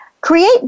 Create